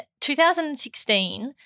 2016